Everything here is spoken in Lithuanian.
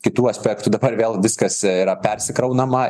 kitų aspektų dabar vėl viskas yra persikraunama